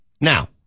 Now